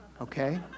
okay